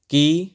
ਕੀ